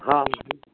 हा